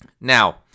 Now